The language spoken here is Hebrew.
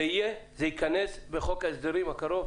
זה יהיה בחוק ההסדרים הקרוב?